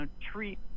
treat